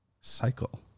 cycle